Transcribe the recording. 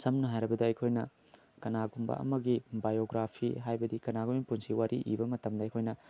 ꯁꯝꯅ ꯍꯥꯏꯔꯕꯗ ꯑꯩꯈꯣꯏꯅ ꯀꯅꯥꯒꯨꯝꯕ ꯑꯃꯒꯤ ꯕꯥꯏꯑꯣꯒ꯭ꯔꯥꯐꯤ ꯍꯥꯏꯕꯗꯤ ꯀꯅꯥꯒꯨꯝꯕꯒꯤ ꯄꯨꯟꯁꯤ ꯋꯥꯔꯤ ꯏꯕ ꯃꯇꯝꯗ ꯑꯩꯈꯣꯏꯅ